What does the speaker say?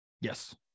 Yes